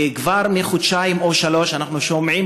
וכבר חודשיים או שלושה אנחנו שומעים